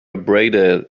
abraded